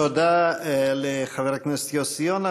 תודה לחבר הכנסת יוסי יונה.